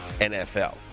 NFL